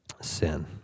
sin